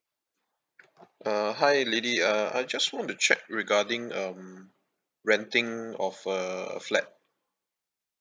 uh hi lily uh I just want to check regarding um renting of a flat